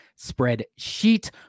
spreadsheet